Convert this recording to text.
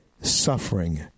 suffering